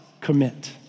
commit